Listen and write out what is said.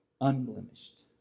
unblemished